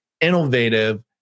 innovative